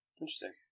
interesting